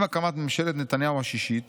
עם הקמת ממשלת נתניהו השישית